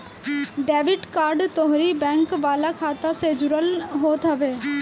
debit card तोहरी bank वाला खाता से जुड़ल होत हवे